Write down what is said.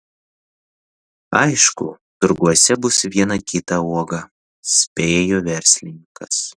aišku turguose bus viena kita uoga spėjo verslininkas